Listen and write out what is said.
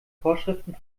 vorschriften